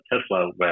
Tesla